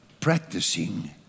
practicing